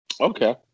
Okay